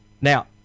Now